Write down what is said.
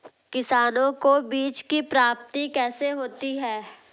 किसानों को बीज की प्राप्ति कैसे होती है?